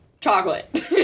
Chocolate